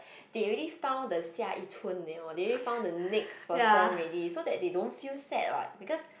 they already found the 下一春 they already found the next person already so that they don't feel sad what because